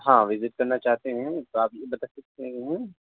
ہاں وزٹ کرنا چاہتے ہیں ہم تو آپ یہ بتا سکتے ہیں